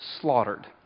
slaughtered